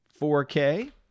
4K